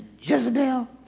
Jezebel